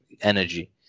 energy